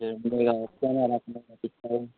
हजुर मेगा क्यामेराको मेगापिक्सल